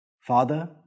Father